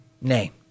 Nay